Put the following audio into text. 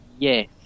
Yes